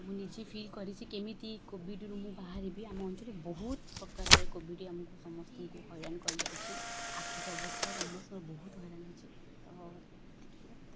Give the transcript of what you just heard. ମୁଁ ନିଜେ ଫିଲ୍ କରିଛି କେମିତି କୋଭିଡ଼୍ରୁ ମୁଁ ବାହାରିବି ଆମ ଅଞ୍ଚଳରେ ବହୁତ ପ୍ରକାରରେ କୋଭିଡ଼୍ ଆମକୁ ସମସ୍ତଙ୍କୁ ହଇରାଣ କରିଯାଇଛି ଆର୍ଥିକ ଅବସ୍ଥା ସମସ୍ତଙ୍କର ବହୁତ ହଇରାଣ ହେଇଛି ତ ଏତିକି ହେଲା କଥା